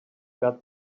got